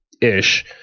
ish